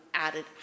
added